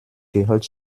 gehört